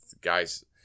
guy's